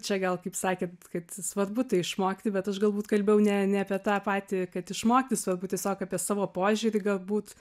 čia gal kaip sakėt kad svarbu tai išmokti bet aš galbūt kalbėjau ne ne apie tą patį kad išmokti svarbu tiesiog apie savo požiūrį galbūt